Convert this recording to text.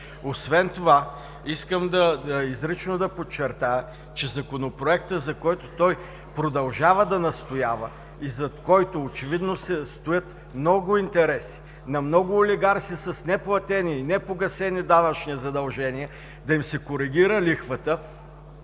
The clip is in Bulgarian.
Освен това искам изрично да подчертая, че Законопроектът, за който той продължава да настоява и зад който очевидно стоят много интереси на много олигарси с неплатени, непогасени данъчни задължения да им се коригира лихвата,